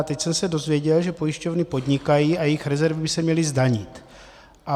Teď jsem se dozvěděl, že pojišťovny podnikají a jejich rezervy by se měly zdanit.